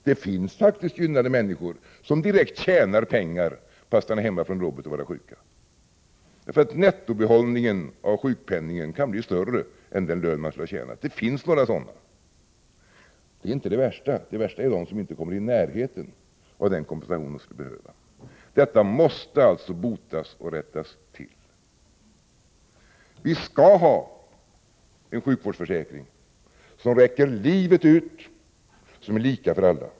Det finns faktiskt gynnade människor, som direkt tjänar pengar på att stanna hemma från jobbet och vara sjuka därför att nettobehållningen av sjukpenningen kan bli större än den lön man skulle ha tjänat. Det finns några sådana. Men det är inte det värsta, utan det är de som inte ens kommer i närheten av den kompensation de skulle behöva. Detta måste botas och rättas till! Vi skall ha en sjukvårdsförsäkring som räcker livet ut och som är lika för alla.